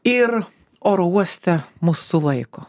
ir oro uoste mus sulaiko